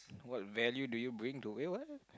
what value do you bring to eh what